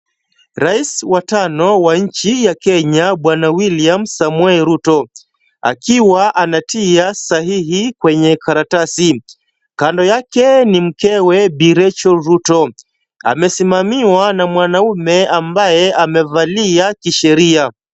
Rais wa tano wa nchi ya Kenya Bwana William Samoei Ruto akiwa anatia sahihi kwenye karatasi. Kando yake ni mkewe Bi. Rachel Ruto. Amesimamiwa na mwanamume ambaye amevalia kisheria.